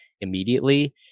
immediately